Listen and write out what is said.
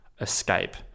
escape